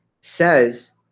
says